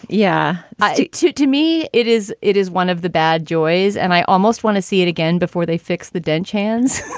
yeah, i do too. to me, it is it is one of the bad joys and i almost want to see it again before they fix the den chans.